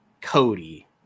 Cody